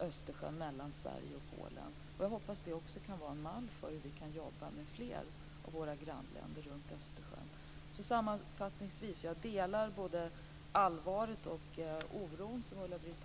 Östersjön mellan Sverige och Polen. Jag hoppas att det kan vara en mall för hur vi kan jobba med fler av våra grannländer runt Östersjön. Jag delar uppfattning om allvaret och oron som Ulla-Britt Hagström ger uttryck för.